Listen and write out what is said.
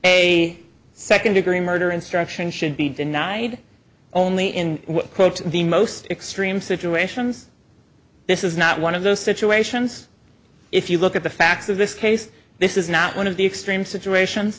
a second degree murder instruction should be denied only in the most extreme situations this is not one of those situations if you look at the facts of this case this is not one of the extreme situation